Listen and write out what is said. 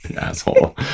Asshole